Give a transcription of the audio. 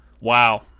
Wow